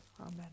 Amen